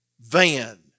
van